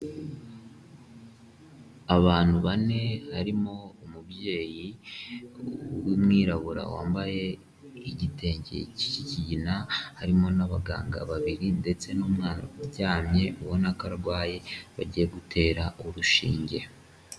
Abantu bane harimo umubyeyi w'umwirabura wambaye igitenge cy'ikigina, harimo n'abaganga babiri ndetse n'umwana uryamye ubona ko arwaye bagiye gutera urushinge.